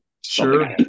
Sure